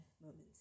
moments